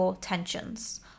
tensions